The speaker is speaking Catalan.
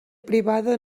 privada